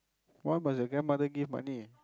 why must the grandmother give money